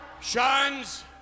shines